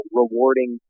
rewarding